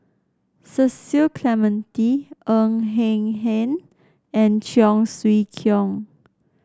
Cecil Clementi Ng Eng Hen and Cheong Siew Keong